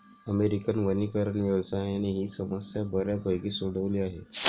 American वनीकरण व्यवसायाने ही समस्या बऱ्यापैकी सोडवली आहे